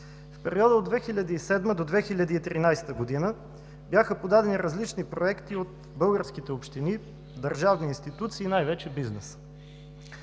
В периода от 2007 до 2013 г. бяха подадени различни проекти от българските общини, държавни институции и най-вече бизнеса.